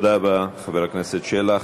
תודה רבה, חבר הכנסת שלח.